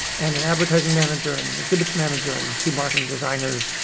and an advertising manager, and and exhibits manager, and two marketing designers,